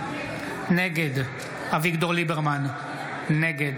נגד אביגדור ליברמן, נגד